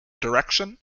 direction